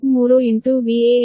ಇದು ಸಮೀಕರಣ 47